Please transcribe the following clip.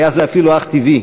היה זה אפילו אך טבעי,